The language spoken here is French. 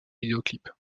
vidéoclip